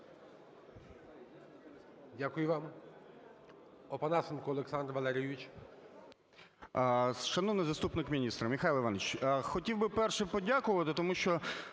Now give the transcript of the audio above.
Дякую вам.